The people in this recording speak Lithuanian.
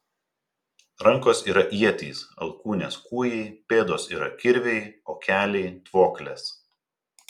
rankos yra ietys alkūnės kūjai pėdos yra kirviai o keliai tvoklės